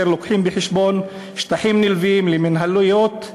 ולוקחים בחשבון שטחים נלווים למינהלות,